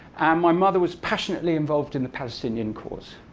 and my mother was passionately involved in the palestinian cause.